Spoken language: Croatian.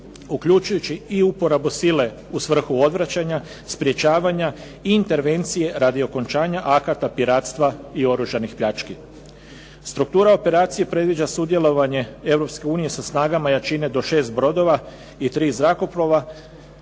uključujući i uporabu sile u svrhu odvraćanja, sprečavanja, intervencije radi okončanja akata piratstva i oružanih pljački. Struktura operacija predviđa sudjelovanje Europske unije sa snagama jačine do 6 brodova i 3 zrakoplova